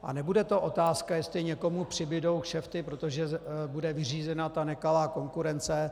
A nebude to otázka, jestli někomu přibudou kšefty, protože bude vyřízena nekalá konkurence.